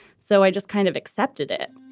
so i just kind of accepted it